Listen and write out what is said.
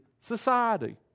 society